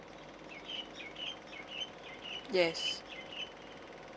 yes